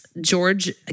George